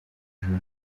joro